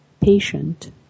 patient